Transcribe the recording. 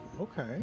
Okay